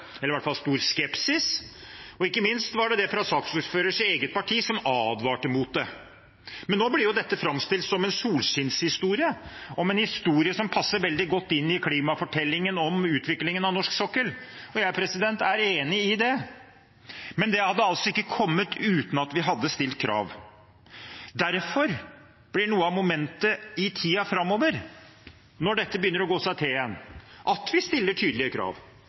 det fra saksordførers eget parti, som advarte mot det. Men nå blir dette framstilt som en solskinnshistorie – en historie som passer veldig godt inn i klimafortellingen om utviklingen av norsk sokkel. Jeg er enig i det, men det hadde altså ikke kommet uten at vi hadde stilt krav. Derfor blir noe av momentet i tiden framover, når dette begynner å gå seg til igjen, at vi stiller tydelige krav,